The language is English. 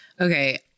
Okay